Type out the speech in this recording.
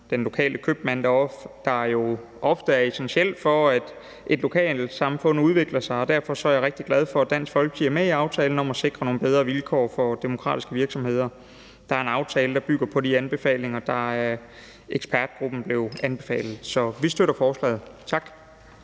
den lokale købmand, der jo ofte er essentiel for, at et lokalsamfund udvikler sig, Derfor er jeg rigtig glad for, at Dansk Folkeparti er med i aftalen om at sikre nogle bedre vilkår for demokratiske virksomheder. Aftalen bygger på de anbefalinger, der blev anbefalet af ekspertgruppen. Så vi støtter forslaget. Tak.